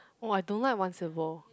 oh I don't like one syllable